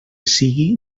sigui